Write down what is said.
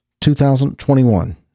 2021